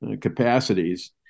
capacities